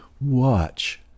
Watch